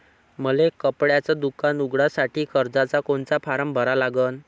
मले कपड्याच दुकान उघडासाठी कर्जाचा कोनचा फारम भरा लागन?